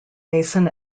mason